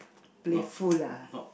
playful lah